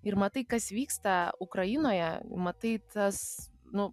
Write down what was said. ir matai kas vyksta ukrainoje matai tas nu